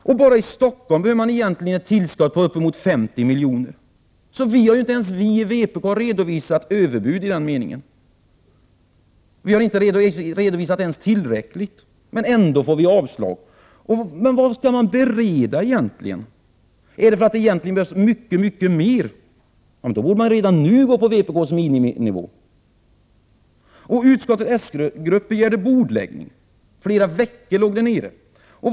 Enbart i Stockholm behöver man egentligen ett tillskott på uppemot 50 milj.kr., så inte ens vi i vpk har redovisat överbud i den meningen. Vi har inte ens redovisat tillräckliga förslag, men ändå får vi avslag. Vad är det man skall bereda? Är det så att det egentligen behövs mycket mer? Då borde man ju redan nu gå på vpk:s miniminivå! Utskottets s-grupp begärde bordläggning. I flera veckor låg arbetet nere.